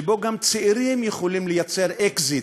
שבו גם צעירים יכולים לייצר אקזיט.